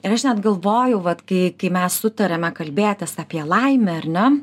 ir aš net galvoju vat kai kai mes sutarėme kalbėtis apie laimę ar ne